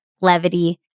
levity